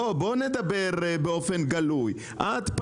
בואו נדבר באופן גלוי את,